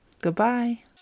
goodbye